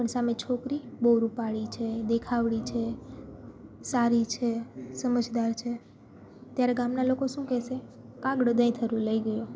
પણ સામે છોકરી બહુ રૂપાળી છે દેખાવળી છે સારી છે સમજદાર છે ત્યારે ગામના લોકો શું કહેશે કાગડો દઈ થરું લઈ ગયો